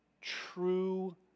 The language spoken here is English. true